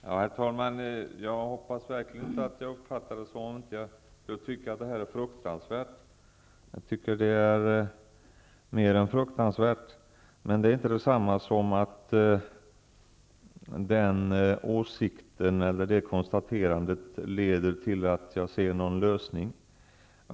Herr talman! Jag hoppas verkligen att jag inte uppfattats så, att jag inte skulle tycka att det här är fruktansvärt. Jag tycker att det är mer än fruktansvärt. Men det konstaterandet betyder inte att jag ser någon lösning.